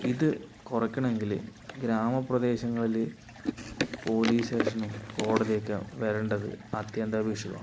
ഇത് കുറയ്ക്കണമെങ്കിൽ ഗ്രാമ പ്രദേശങ്ങളില് പോലീസ് സ്റ്റേഷനും കോടതിയുമൊക്കെ വരേണ്ടത് അത്യന്താപേക്ഷിതമാണ്